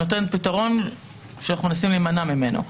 ואת נותנת פתרון שאנחנו מנסים להימנע ממנו.